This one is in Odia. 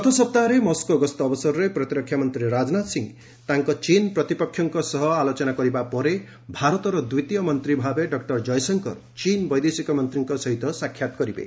ଗତ ସପ୍ତାହରେ ମସ୍କୋ ଗସ୍ତ ଅବସରରେ ପ୍ରତିରକ୍ଷା ମନ୍ତ୍ରୀ ରାଜନାଥ ସିଂହ ତାଙ୍କ ଚୀନ୍ ପ୍ରତିପକ୍ଷ ସହ ଆଲୋଚନା କରିବା ପରେ ଭାରତର ଦ୍ୱିତୀୟ ମନ୍ତ୍ରୀ ଭାବେ ଡକ୍କର ଜୟଶଙ୍କର ଚୀନ୍ ବୈଦେଶିକ ମନ୍ତ୍ରୀଙ୍କ ସହିତ ସାକ୍ଷାତ କରିବେ